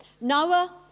Noah